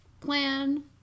plan